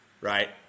right